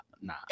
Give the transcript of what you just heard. nah